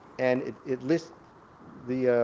and it it lists the